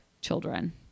children